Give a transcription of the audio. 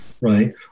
right